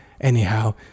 Anyhow